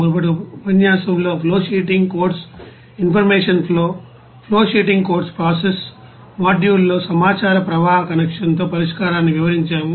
మునుపటి ఉపన్యాసంలో flow sheeting codes information flow flowsheeting codes process మాడ్యూల్లో సమాచార ప్రవాహ కనెక్షన్తో పరిష్కారాన్ని వివరించాము